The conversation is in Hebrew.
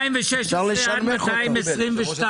216 עד 222